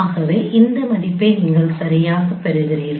ஆகவே இந்த மதிப்பை நீங்கள் சரியாகப் பெறுகிறீர்கள்